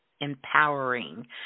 empowering